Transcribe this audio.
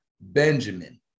Benjamin